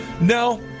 No